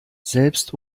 selbst